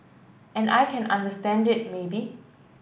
and I can understand it maybe